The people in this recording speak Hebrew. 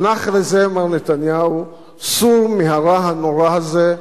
הנח לזה, מר נתניהו, סור מהרע הנורא הזה,